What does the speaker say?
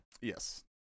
yes